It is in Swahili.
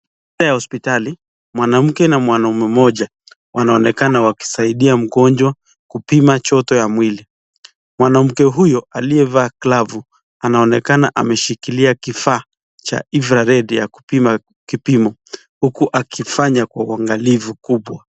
ya hosiptali, mwanamke na mwanaume mmoja wanaonekana wakisaidia mgonjwa kupima joto ya mwili, mwanamke huyo aliyevaa glavu anaonekana ameshikilia kifaa ya infrared ya kupima kipimo huk akifanya kwa uangalifu kubwa.